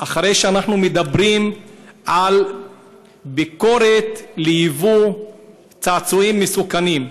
אחרי שאנחנו מדברים על ביקורת על ייבוא צעצועים מסוכנים,